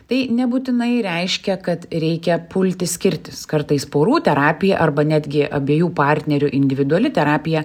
tai nebūtinai reiškia kad reikia pulti skirtis kartais porų terapija arba netgi abiejų partnerių individuali terapija